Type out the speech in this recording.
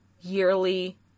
yearly